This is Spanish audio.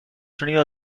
sonido